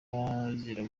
izarangira